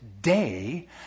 day